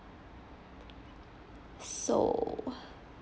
so